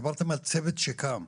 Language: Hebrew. דיברתם על צוות שקם,